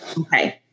Okay